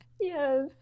Yes